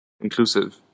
inclusive